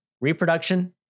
reproduction